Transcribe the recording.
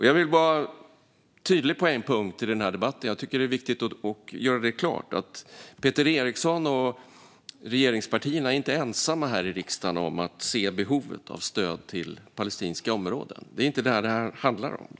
Jag vill vara tydlig på en punkt i den här debatten, nämligen att det är viktigt att göra det klart att Peter Eriksson och regeringspartierna inte är ensamma här i riksdagen om att se behovet av stöd till palestinska områden. Det är inte det som det här handlar om.